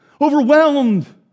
overwhelmed